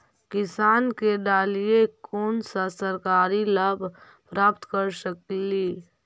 किसान के डालीय कोन सा सरकरी लाभ प्राप्त कर सकली?